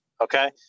Okay